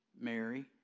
Mary